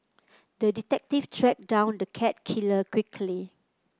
the detective tracked down the cat killer quickly